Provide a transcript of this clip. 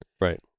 Right